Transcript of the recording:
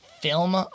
film